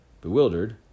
Bewildered